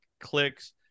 clicks